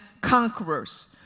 conquerors